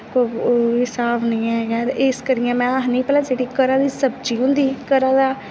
कोई स्हाब निं ऐ ते इस करियै में आखनी भला जेह्ड़ी घरा दी सब्जी होंदी घरा दी